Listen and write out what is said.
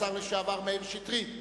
השר לשעבר מאיר שטרית,